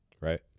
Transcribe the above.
right